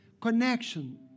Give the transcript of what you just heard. connection